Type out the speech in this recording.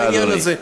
תודה, אדוני.